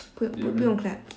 不用不用 clap